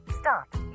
Stop